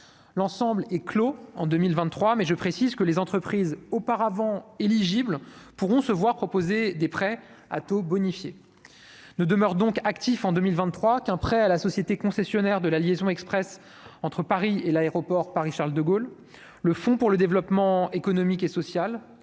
l'ensemble est clos en 2023 mais je précise que les entreprises auparavant éligibles pourront se voir proposer des prêts à taux bonifiés ne demeure donc actif en 2023 qu'un prêt à la société concessionnaire de la liaison Express entre Paris et l'aéroport Paris-Charles-de-Gaulle, le fonds pour le développement économique et social